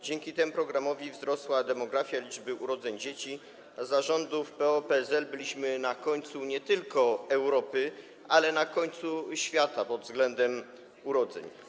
Dzięki temu programowi wzrosła w demografii liczba urodzeń dzieci, a za rządów PO-PSL byliśmy na końcu nie tylko Europy, ale i świata pod względem urodzeń.